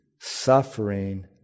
suffering